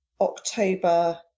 October